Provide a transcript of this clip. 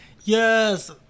Yes